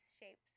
shapes